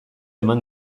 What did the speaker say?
eman